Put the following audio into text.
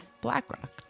Blackrock